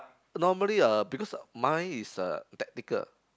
normally uh because mine is uh technical